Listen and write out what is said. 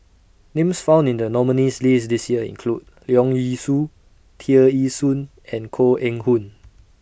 Names found in The nominees' list This Year include Leong Yee Soo Tear Ee Soon and Koh Eng Hoon